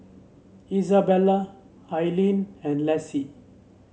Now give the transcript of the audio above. Isabelle Ailene and Lassie